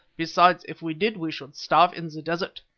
besides, if we did we should starve in the desert.